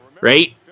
Right